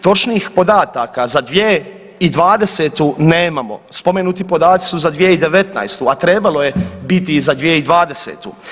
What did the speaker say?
Točnih podataka za 2020. nemamo, spomenuti podaci su za 2019., a trebalo je biti i za 2020.